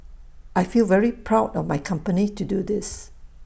I feel very proud of my company to do this